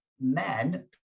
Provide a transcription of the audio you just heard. men